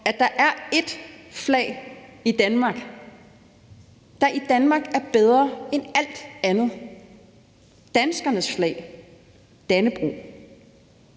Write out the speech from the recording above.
at der er ét flag i Danmark, der i Danmark er bedre end alt andet: danskernes flag, Dannebrog.